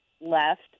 left